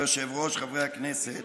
כבוד היושב-ראש, חברי הכנסת,